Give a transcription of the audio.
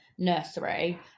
nursery